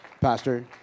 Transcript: Pastor